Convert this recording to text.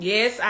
Yes